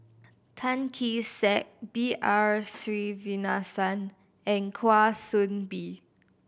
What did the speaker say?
Tan Kee Sek B R Sreenivasan and Kwa Soon Bee